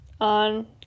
on